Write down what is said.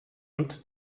und